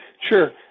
Sure